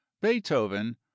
beethoven